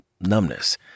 numbness